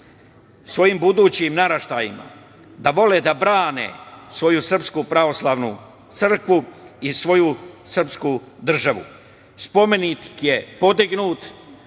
svojim budućim naraštajima da vole da brane svoju Srpsku Pravoslavnu Crkvu i svoju srpsku državu. Spomenik je podignut